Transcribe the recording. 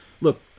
look